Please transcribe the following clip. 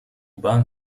bahn